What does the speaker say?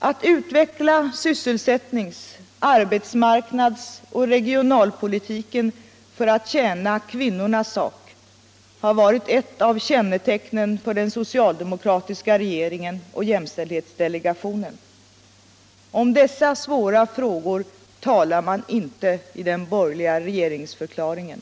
Att utveckla sysselsättnings-, arbetsmarknadsoch regionalpolitiken för att tjäna kvinnornas sak har varit ett av kännetecknen för den socialdemokratiska regeringen och jämställdhetsdelegationen. Om dessa svåra frågor talar man inte i den borgerliga regeringsförklaringen.